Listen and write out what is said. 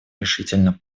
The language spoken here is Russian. решительно